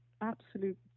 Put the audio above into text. absolute